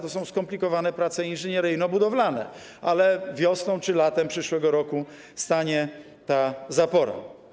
To są skomplikowane prace inżynieryjno-budowlane, ale wiosną czy latem przyszłego roku stanie ta zapora.